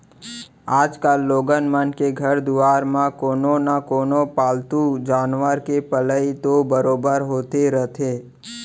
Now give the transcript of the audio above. आजकाल लोगन मन के घर दुवार म कोनो न कोनो पालतू जानवर के पलई तो बरोबर होते रथे